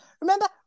Remember